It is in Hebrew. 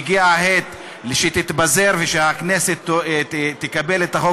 שהגיעה העת שתתפזר ושהכנסת תקבל את החוק